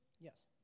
Yes